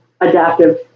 adaptive